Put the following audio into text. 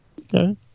Okay